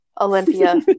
Olympia